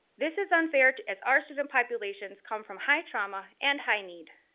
this is unfair, too, as our student populations come from high trauma and high need.